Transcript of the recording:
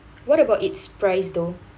what about its price though